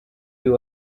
uyu